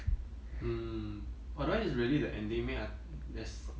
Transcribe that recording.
mm !wah! that one is really the ending meh I th~ there's